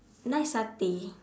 nice satay